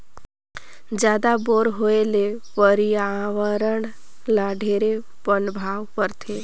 जादा बोर होए ले परियावरण ल ढेरे पनभाव परथे